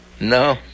No